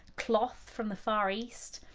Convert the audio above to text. cloth from the far east.